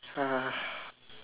uh